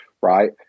right